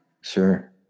Sure